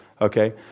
Okay